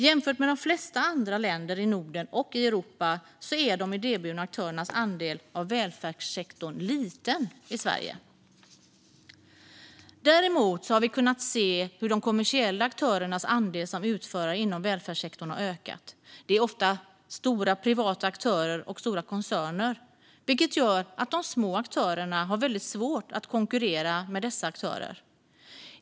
Jämfört med de flesta andra länder i Norden och Europa är de idéburna aktörernas andel av välfärdssektorn liten i Sverige. Däremot har vi kunnat se hur de kommersiella aktörernas andel som utförare inom välfärdssektorn har ökat. Det är ofta stora privata aktörer och stora koncerner, vilket gör att de små aktörerna har väldigt svårt att konkurrera med dessa aktörer.